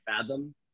Fathom